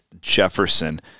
Jefferson